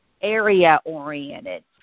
area-oriented